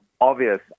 obvious